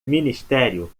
ministério